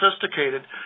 sophisticated